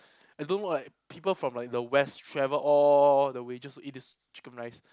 I don't know like people from like the West travel all the way just to eat this chicken rice